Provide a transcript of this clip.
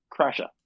crasher